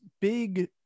big